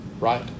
Right